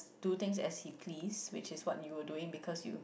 do thing eclipse which is what you will doing because you